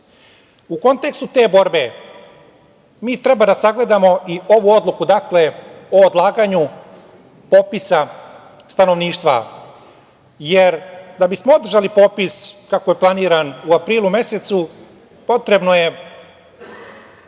U kontekstu te borbe mi treba da sagledamo i ovu odluku o odlaganju popisa stanovništva, jer da bismo održali popis kako je planiran u aprilu mesecu, potrebno je